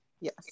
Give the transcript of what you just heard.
yes